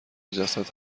جسد